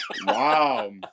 Wow